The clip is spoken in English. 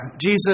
Jesus